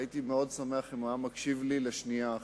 הייתי מאוד שמח אם הוא היה מקשיב לשנייה אחת.